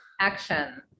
Action